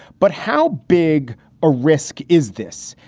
but how big a risk is this?